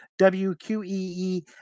WQEE